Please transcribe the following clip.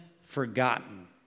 forgotten